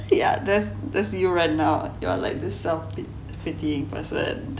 yeah there's there's you right now you are like this self-pitying person